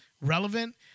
relevant